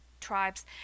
tribes